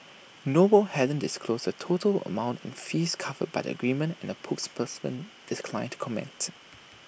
noble hasn't disclosed the total amount in fees covered by the agreement and A spokesperson declined to comment